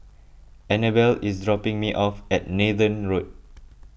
Annabell is dropping me off at Nathan Road